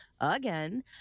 again